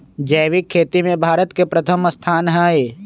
जैविक खेती में भारत के प्रथम स्थान हई